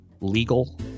legal